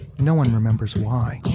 no one remembers why